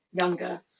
younger